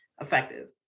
effective